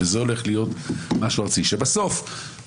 וזה הולך להיות משהו ארצי שבסוף יתורגם